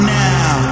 now